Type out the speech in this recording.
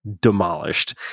demolished